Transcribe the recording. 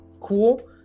cool